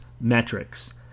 metrics